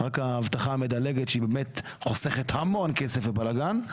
רק ההבטחה המדלגת שבאמת חוסכת המון כסף ובלגאן.